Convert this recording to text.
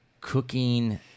cooking